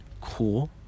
cool